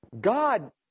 God